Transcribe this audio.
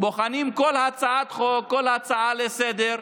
בוחנים כל הצעת חוק, כל הצעה לסדר-היום,